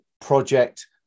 project